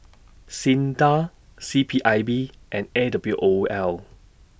SINDA C P I B and A W O L